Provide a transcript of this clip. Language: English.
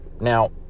Now